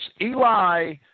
Eli